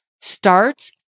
starts